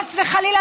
חס וחלילה,